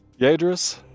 Yadris